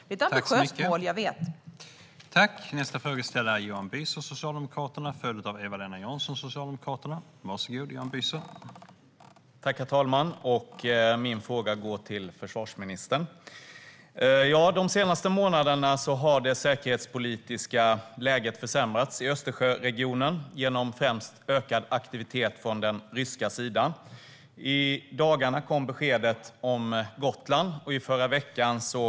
Jag vet att det är ett ambitiöst mål.